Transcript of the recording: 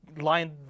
line